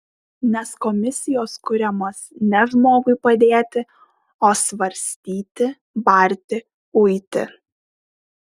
nes komisijos kuriamos ne žmogui padėti o svarstyti barti uiti